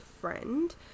friend